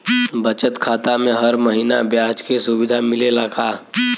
बचत खाता में हर महिना ब्याज के सुविधा मिलेला का?